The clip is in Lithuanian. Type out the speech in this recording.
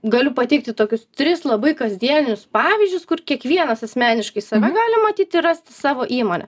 galiu pateikti tokius tris labai kasdienius pavyzdžius kur kiekvienas asmeniškai save gali matyti rasti savo įmonę